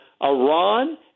Iran